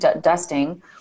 dusting